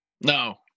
No